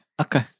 Okay